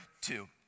two